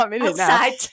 outside